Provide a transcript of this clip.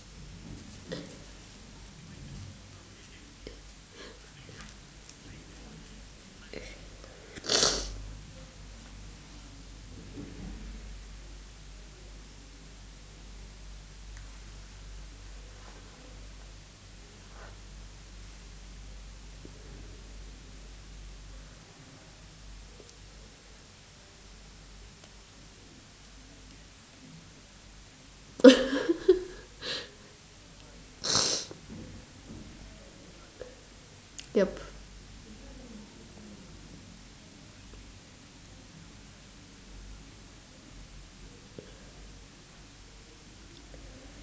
yup